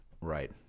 Right